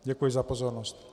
Děkuji za pozornost.